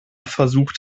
versucht